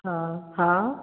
हाँ हाँ